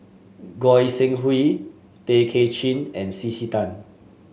Goi Seng Hui Tay Kay Chin and C C Tan